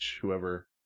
whoever